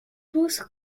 tous